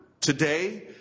Today